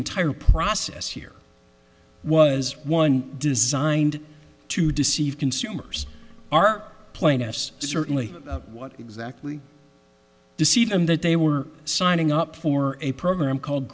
entire process here was one designed to deceive consumers our plaintiffs certainly what exactly to see them that they were signing up for a program called